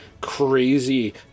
crazy